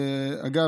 אגב,